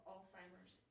Alzheimer's